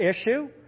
issue